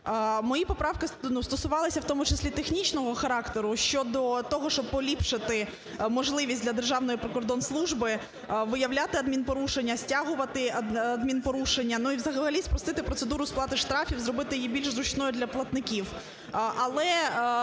Мої поправки стосувалися в тому числі технічного характеру щодо того, щоб поліпшити можливість для Державної прикордонслужби виявляти адмінпорушення, стягувати адмінпорушення. Ну, і взагалі спростити процедуру сплати штрафів, зробити її більш зручною для платників.